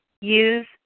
Use